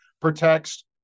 protects